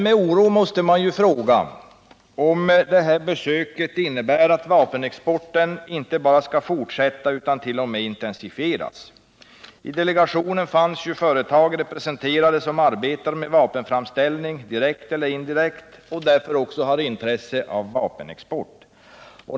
Med oro måste man fråga om det här besöket innebär att vapenexporten inte bara skall fortsätta utan t.o.m. intensifieras. I delegationen fanns ju företag representerade som arbetar med vapenframställning, direkt eller indirekt, och därför har intresse av vapenexport.